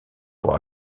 pour